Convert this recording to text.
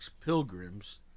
pilgrims